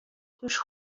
توش